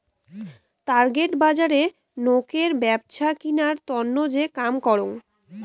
target বজারে নোকের ব্যপছা কিনার তন্ন যে কাম করং